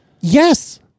yes